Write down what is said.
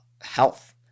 health